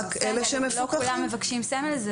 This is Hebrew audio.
לא כולם מבקשים סמל.